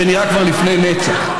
שנראה כבר לפני נצח.